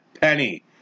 Penny